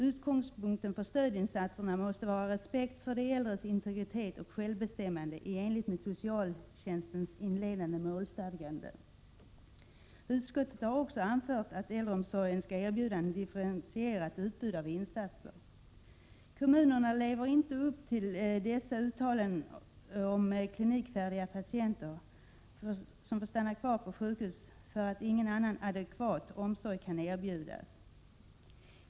Utgångspunkten för stödinsatserna måste vara respekt för de äldres integritet och självbestämmande i enlighet med socialtjänstlagens inledande målstadgande.” Utskottet har också anfört att äldreomsorgen skall erbjuda ett differentierat utbud av insatser. Kommunerna lever inte upp till dessa uttalanden om klinikfärdiga patienter som får stanna kvar på sjukhus eftersom ingen annan adekvat omsorg kan erbjudas.